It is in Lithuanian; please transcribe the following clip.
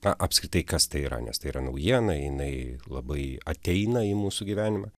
na apskritai kas tai yra nes tai yra naujiena jinai labai ateina į mūsų gyvenimą